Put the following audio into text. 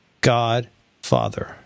Godfather